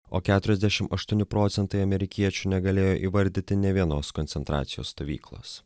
o keturiasdešim aštuoni procentai amerikiečių negalėjo įvardyti nė vienos koncentracijos stovyklos